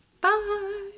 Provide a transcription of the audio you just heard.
Bye